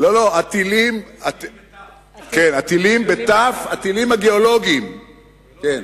תלים בתי"ו ולא בטי"ת.